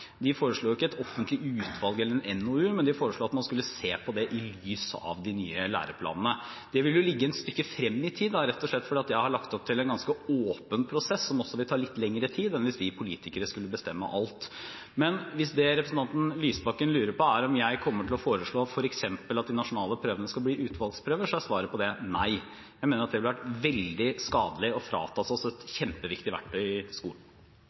De foreslo ikke et offentlig utvalg eller en NOU, men at man skulle se på det i lys av de nye læreplanene. Det vil ligge et stykke frem i tid, rett og slett fordi jeg har lagt opp til en ganske åpen prosess, som også vil ta litt lengre tid enn hvis vi politikere skulle bestemme alt. Men hvis det representanten Lysbakken lurer på, er om jeg kommer til å foreslå f.eks. at de nasjonale prøvene skal bli utvalgsprøver, er svaret på det nei. Jeg mener at det ville vært veldig skadelig å frata oss et kjempeviktig verktøy i skolen.